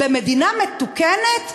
במדינה מתוקנת?